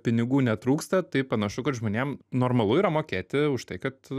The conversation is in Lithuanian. pinigų netrūksta tai panašu kad žmonėm normalu yra mokėti už tai kad